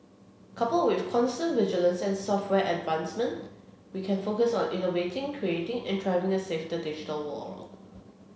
coupled with constant vigilance and software advancement we can focus on innovating creating and thriving a safer digital world